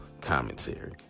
commentary